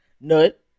nut